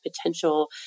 potential